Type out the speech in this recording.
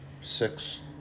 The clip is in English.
six